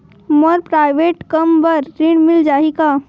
मोर private कम बर ऋण मिल जाही का?